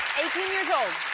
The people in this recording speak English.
eighteen years old.